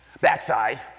backside